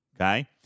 okay